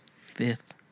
fifth